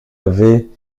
avait